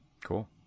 cool